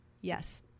yes